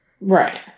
right